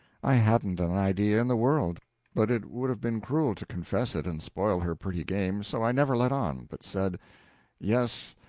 i hadn't an idea in the world but it would have been cruel to confess it and spoil her pretty game so i never let on, but said yes,